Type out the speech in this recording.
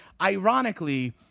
Ironically